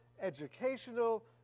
educational